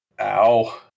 ow